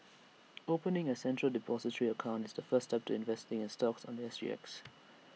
opening A central Depository account is the first step to investing in stocks on The S G X